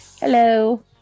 Hello